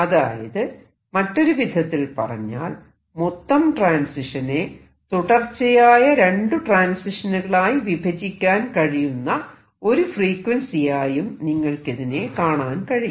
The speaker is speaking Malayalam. അതായത് മറ്റൊരുവിധത്തിൽ പറഞ്ഞാൽ മൊത്തം ട്രാൻസിഷനെ തുടർച്ചയായ രണ്ടു ട്രാൻസിഷനുകളായി വിഭജിക്കാൻ കഴിയുന്ന ഒരു ഫ്രീക്വൻസിയായും നിങ്ങൾക്കിതിനെ കാണാൻ കഴിയും